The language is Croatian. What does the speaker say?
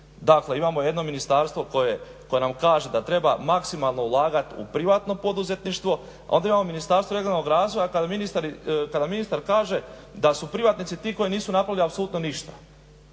Dakle imamo jedno ministarstvo koje nam kaže da treba maksimalno ulagati u privatno poduzetništvo, onda imamo Ministarstvo regionalnog razvoja kada ministar kaže da su privatnici ti koji nisu napravili apsolutno ništa,